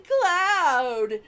cloud